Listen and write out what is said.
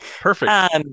perfect